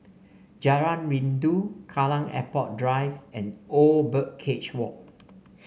Jalan Rindu Kallang Airport Drive and Old Birdcage Walk